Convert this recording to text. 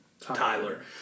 Tyler